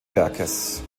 werkes